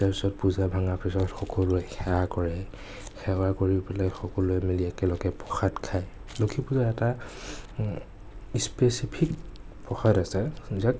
তাৰপিছত পূজা ভঙা পিছত সকলোৱে সেৱা কৰে সেৱা কৰি পেলাই সকলোৱে মিলি একেলগে প্ৰসাদ খাই লক্ষ্মী পূজা এটা স্পেছিফিক প্ৰসাদ আছে যাক